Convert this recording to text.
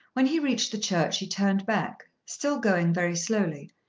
when he reached the church he turned back, still going very slowly,